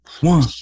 one